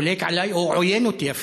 חולק עלי, או עוין אותי אפילו.